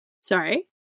Sorry